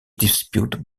disputed